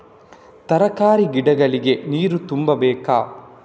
ತರಕಾರಿ ಗಿಡಗಳಿಗೆ ನೀರು ತುಂಬಬೇಕಾ?